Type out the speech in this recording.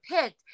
picked